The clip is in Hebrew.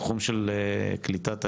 התחום של קליטת עלייה,